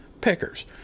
pickers